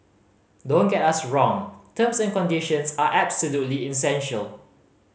don't get us wrong terms and conditions are absolutely essential